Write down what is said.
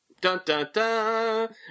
Dun-dun-dun